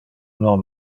non